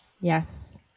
Yes